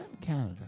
Canada